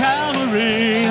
Calvary